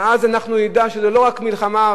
ואז אנחנו נדע שזה לא רק מלחמה,